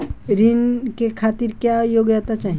ऋण के खातिर क्या योग्यता चाहीं?